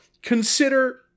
Consider